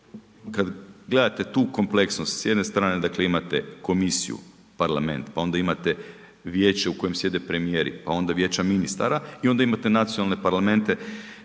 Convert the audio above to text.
kad gledate tu kompleksnost s jedne strane dakle imate komisiju, parlament, pa onda imate vijeće u kojem sjede premijeri pa onda vijeća ministara i onda imate nacionalne parlamente